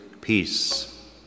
peace